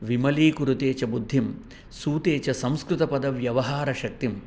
विमलीकुरुते च बुद्धिं सूते च संस्कृतपदव्यवहारशक्तिं